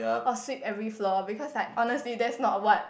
or sweep every floor because like honestly that's not what